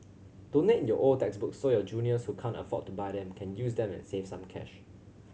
donate your old textbooks so your juniors who can't afford to buy them can use them and save some cash